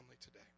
today